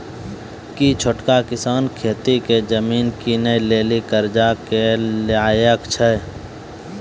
कि छोटका किसान खेती के जमीन किनै लेली कर्जा लै के लायक छै?